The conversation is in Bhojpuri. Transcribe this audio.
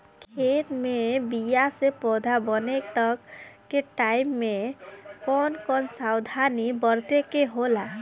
खेत मे बीया से पौधा बने तक के टाइम मे कौन कौन सावधानी बरते के होला?